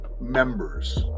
members